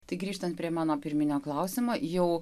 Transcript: tai grįžtant prie mano pirminio klausimo jau